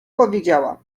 powiedziała